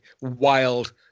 wild